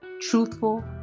truthful